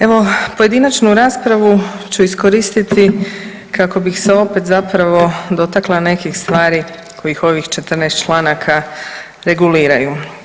Evo pojedinačnu raspravu ću iskoristiti kako bih se opet zapravo dotakla nekih stvari kojih ovih 14 članaka reguliraju.